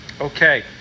okay